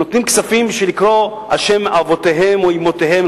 נותנים כספים בשביל לקרוא על שם אבותיהם או אמותיהם,